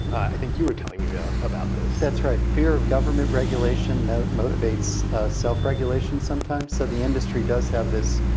i think you were telling me about about this. that's right, fear of government regulation motivates self-regulation sometimes. so the industry does have this